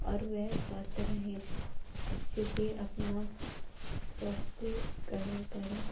और वह स्वस्थ रहें अच्छे से अपना स्वस्थ तिकरण करें